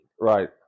Right